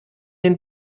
den